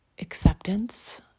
acceptance